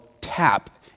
tap